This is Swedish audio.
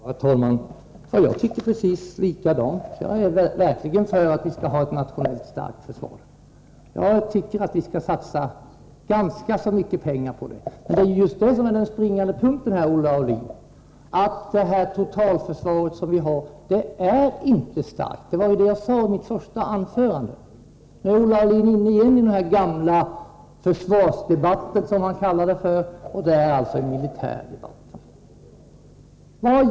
Herr talman! Jag tycker precis likadant, jag är verkligen för att vi skall ha ett nationellt starkt försvar. Jag tycker att vi skall satsa ganska mycket pengar på det. Men det är just det som är den springande punkten, Olle Aulin, att det totalförsvar vi har inte är starkt — det var det jag sade i mitt första anförande. Nu är Olle Aulin åter inne i den här gamla försvarsdebatten, som han kallar det, och det är alltså en militär debatt.